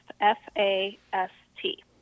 f-a-s-t